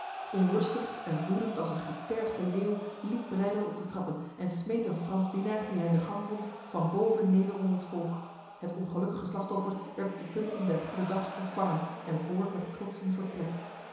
onrustig en woedend als een getergde leeuw liep breydel op de trappen en smeet een frans dienaar die hij in de gang vond van boven neder onder het volk het ongelukkige slachtoffer werd op de punten der goedendags ontvangen en voort met knotsen